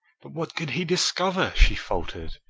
but what could he discover? she faltered.